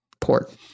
port